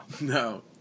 no